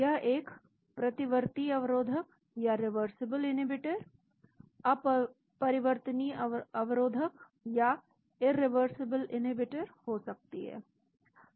यह एक प्रतिवर्ती अवरोधक या रिवर्सबल इन्हींबीटर अपरिवर्तनीय अवरोधक या इरिवर्सबल इन्हींबीटर हो सकती है